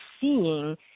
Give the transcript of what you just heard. seeing